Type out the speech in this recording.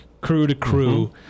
crew-to-crew